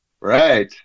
Right